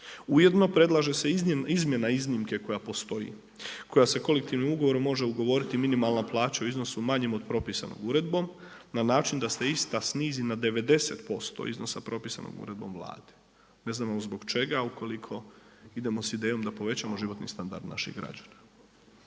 Ujedno predlaže se izmjena iznimke koja postoji koja se kolektivnim ugovorom može ugovoriti minimalna plaća u iznosu manjem od propisanog uredbom na način da se ista snizi na 90% iznosa propisanog uredbom Vlade. Ne znamo zbog čega ukoliko idemo sa idejom da povećamo životni standard naših građana.